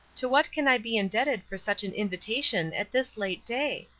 to what can i be indebted for such an invitation at this late day?